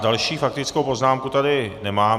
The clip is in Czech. Další faktickou poznámku tady zatím nemám.